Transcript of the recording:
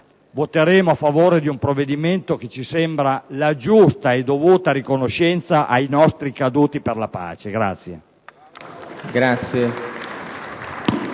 voteremo a favore di un provvedimento che ci sembra un giusto e dovuto segno di riconoscenza ai nostri caduti per la pace.